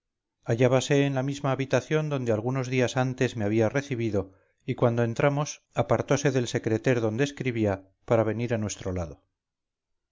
asombro al verme hallábase en la misma habitación donde algunos días antes me había recibido y cuando entramos apartose del secreter donde escribía para venir a nuestro lado